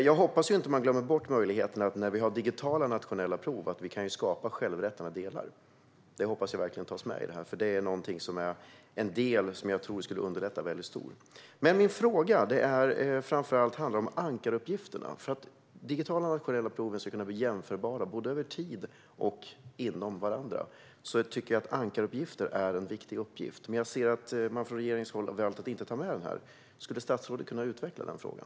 Jag hoppas att man inte glömmer bort möjligheten att i digitala nationella prov skapa självrättande delar. Det hoppas jag verkligen tas med. Det är en del som skulle underlätta stort. Min fråga handlar framför allt om ankaruppgifterna. För att digitala nationella prov ska bli jämförbara över tid och inom varandra är ankaruppgifter viktiga. Men jag ser att man från regeringens håll har valt att inte ta med dem. Kan statsrådet utveckla den frågan?